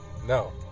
No